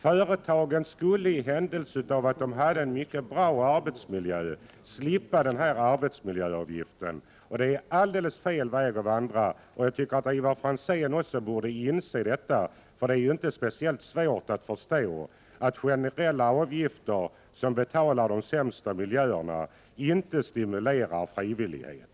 Företagen skulle i händelse av att de hade en mycket bra arbetsmiljö få slippa denna arbetsmiljöavgift. Det är alldeles fel väg att vandra. Jag tycker att också Ivar Franzén borde inse det. Det är inte speciellt svårt att förstå att generella avgifter, som betalar de sämsta miljöerna, inte stimulerar frivillighet.